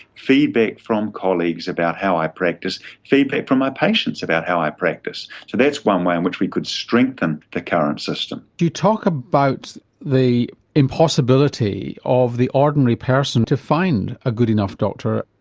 feedback from colleagues about how i practice, feedback from my patients about how i practice, so that's one way in which we could strengthen the current system. you talk about the impossibility of the ordinary person to find a good enough doctor.